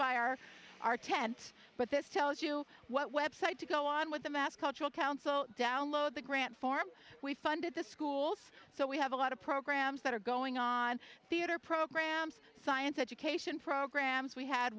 by our our tent but this tells you what website to go on with the mass cultural council download the grant form we funded the schools so we have a lot of programs that are going on theater programs science education programs we had